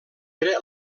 era